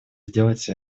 сделать